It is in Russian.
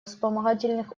вспомогательных